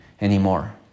anymore